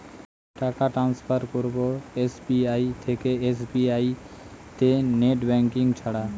টাকা টান্সফার করব এস.বি.আই থেকে এস.বি.আই তে নেট ব্যাঙ্কিং ছাড়া?